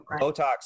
botox